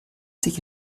sich